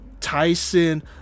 Tyson